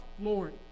Lord